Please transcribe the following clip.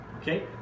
Okay